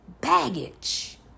Baggage